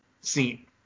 scene